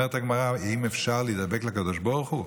אומרת הגמרא: האם אפשר להידבק לקדוש ברוך הוא,